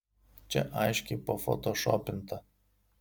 čia aiškiai pafotošopinta